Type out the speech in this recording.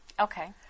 Okay